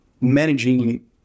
managing